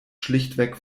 schlichtweg